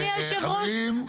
אדוני היושב ראש,